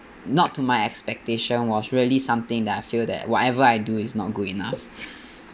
not to my expectation was really something that I feel that whatever I do is not good enough